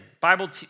Bible